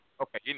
Okay